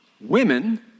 women